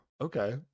Okay